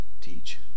teach